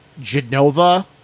Genova